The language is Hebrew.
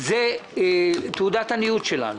היא תעודת עניות שלנו.